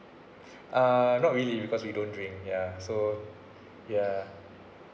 ah not we because we don't drink ya so ya